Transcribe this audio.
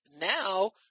now